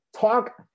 Talk